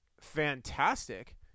fantastic